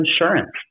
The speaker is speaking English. insurance